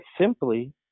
simply